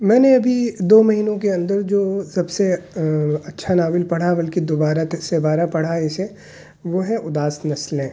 میں نے ابھی دو مہینوں کے اندر جو سب سے اچّھا ناول پڑھا بلکہ دوبارہ سہ بارہ پڑھا اسے وہ ہے ادس نسلیں